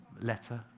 letter